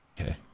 Okay